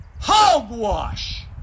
Hogwash